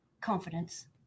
confidence